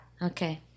Okay